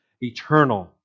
eternal